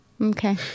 Okay